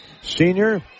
senior